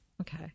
Okay